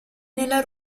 nella